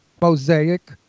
mosaic